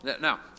Now